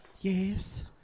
Yes